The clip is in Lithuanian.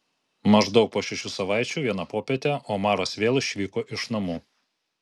maždaug po šešių savaičių vieną popietę omaras vėl išvyko iš namų